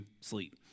sleep